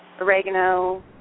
oregano